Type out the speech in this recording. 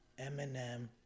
Eminem